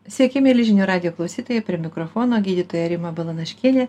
sveiki mieli žinių radijo klausytoja prie mikrofono gydytoja rima balanaškienė